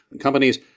companies